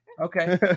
Okay